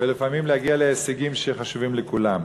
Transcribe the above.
ולפעמים להגיע להישגים שחשובים לכולם.